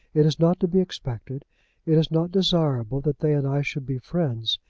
it is not to be expected it is not desirable that they and i should be friends.